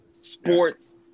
sports